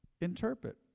interpret